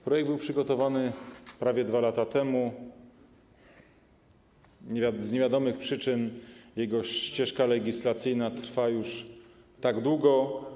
Projekt był przygotowany prawie 2 lata temu, z niewiadomych przyczyn jego ścieżka legislacyjna trwa już tak długo.